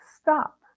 stop